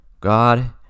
God